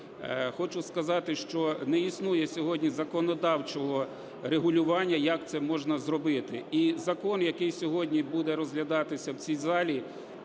Хочу сказати, що не існує сьогодні законодавчого регулювання, як це можна зробити. І закон, який сьогодні буде розглядатися в цій залі,